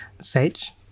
Sage